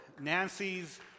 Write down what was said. Nancy's